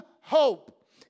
hope